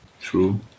true